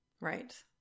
Right